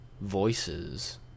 Voices